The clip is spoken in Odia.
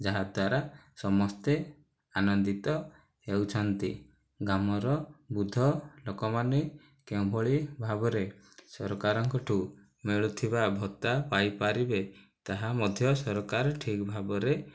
ଯାହାଦ୍ଵାରା ସମସ୍ତେ ଆନନ୍ଦିତ ହେଉଛନ୍ତି ଗ୍ରାମର ବୃଦ୍ଧ ଲୋକମାନେ କେଉଁଭଳି ଭାବରେ ସରକାରଙ୍କ ଠାରୁ ମିଳୁଥିବା ଭତ୍ତା ପାଇପାରିବେ ତାହା ମଧ୍ୟ ସରକାର ଠିକ୍ ଭାବରେ